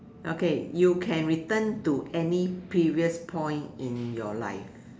okay you can return to any previous point in your life